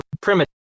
primitive